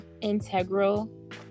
integral